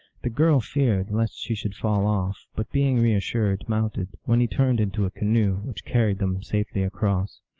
the girl feared lest she should fall off, but being reas sured mounted, when he turned into a canoe, which carried them safely across.